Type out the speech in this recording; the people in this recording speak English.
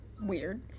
Weird